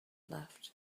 left